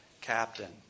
captain